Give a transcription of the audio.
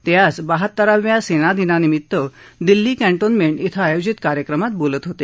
ते आज बहात्तराव्या सेनादिनानिमित्त दिल्ली कॅन्टोन्मेंट क्विं आयोजित कार्यक्रमा बोलत होते